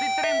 підтримки